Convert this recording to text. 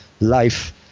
life